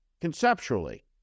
conceptually